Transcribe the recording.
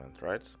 right